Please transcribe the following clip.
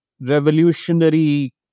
revolutionary